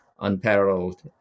unparalleled